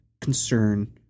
concern